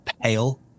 pale